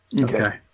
okay